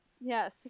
Yes